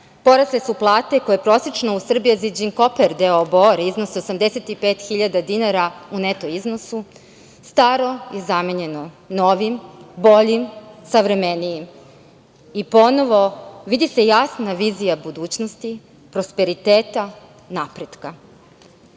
Porasle su plate koje prosečno u „Serbia Zijin Bor Corper“ doo Bor iznose 85.000 dinara u neto iznosu. Staro je zamenjeno novim, boljim, savremenijim. Ponovo se vidi jasna vizija budućnosti, prosperiteta, napretka. Sa